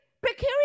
precarious